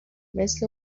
مثل